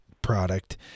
product